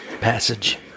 passage